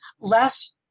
less